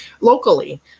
locally